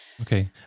Okay